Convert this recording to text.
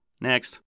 Next